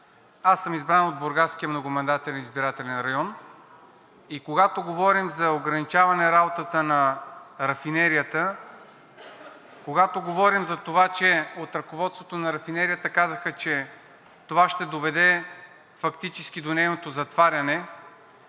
Аз съм избран от Бургаския многомандатен избирателен район и когато говорим за ограничаване работата на рафинерията, когато говорим за това, че от ръководството на рафинерията казаха, че това ще доведе фактически до нейното затваряне,